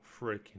freaking